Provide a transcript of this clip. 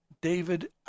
David